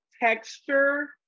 texture